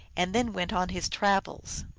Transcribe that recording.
and then went on his travels.